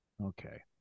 Okay